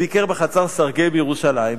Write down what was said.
ביקר בחצר-סרגיי בירושלים.